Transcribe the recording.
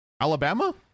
alabama